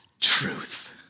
truth